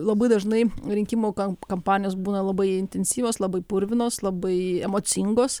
labai dažnai rinkimų kampanijos būna labai intensyvios labai purvinos labai emocingos